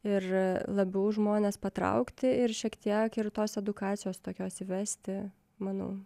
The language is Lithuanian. ir labiau žmones patraukti ir šiek tiek ir tos edukacijos tokios įvesti manau